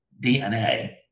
DNA